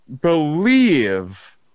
believe